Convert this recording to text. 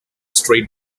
straight